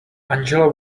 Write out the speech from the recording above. angela